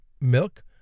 milk